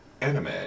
anime